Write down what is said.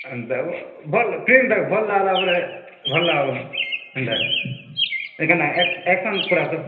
ଏନ୍ତା ସବୁ ଭଲ୍ ଫିଲ୍ମଟା ଭଲ୍ ଲାଗିଲା ବୋଲେ ଭଲ୍ ଲାଗିଲା ଏନ୍ତା ଏଖାନେ ଏକ୍ସ ଆକ୍ସନ୍ ପୁରା ତ